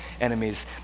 enemies